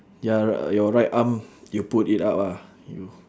ya r~ your right arm you put it up ah you